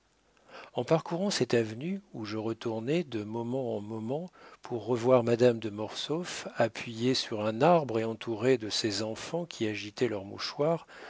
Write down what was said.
en parcourant cette avenue où je retournais de moments en moments pour revoir madame de mortsauf appuyée sur un arbre et entourée de ses enfants qui agitaient leurs mouchoirs